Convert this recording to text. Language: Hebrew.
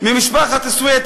אחת ממשפחת סוויד,